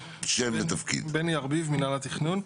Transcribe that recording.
בנינמין ארביב, מינהל התכנון.